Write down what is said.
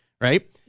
right